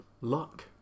luck